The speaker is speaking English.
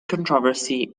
controversy